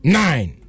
nine